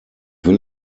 will